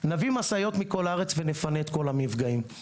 נביא משאיות מכל הארץ ונפנה את כל המפגעים.